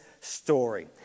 story